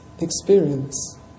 experience